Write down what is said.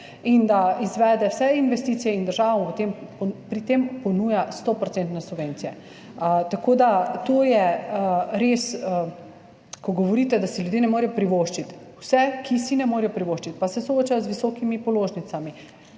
in da izvede vse investicije, država mu pri tem ponuja 100-odstotne subvencije. To je res, ko govorite, da si ljudje ne morejo privoščiti. Vse, ki si ne morejo privoščiti in se soočajo z visokimi položnicami,